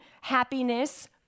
happiness